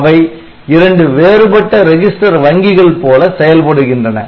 அவை இரண்டு வேறுபட்ட ரெஜிஸ்டர் வங்கிகள் போல செயல்படுகின்றன